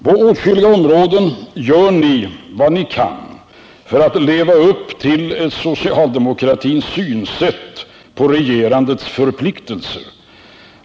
På åtskilliga områden gör ni vad ni kan för att leva upp till socialdemokratins synsätt på regerandets förpliktelser.